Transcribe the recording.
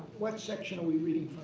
what section are we reading